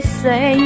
say